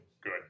Good